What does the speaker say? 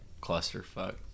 clusterfuck